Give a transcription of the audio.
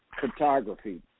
photography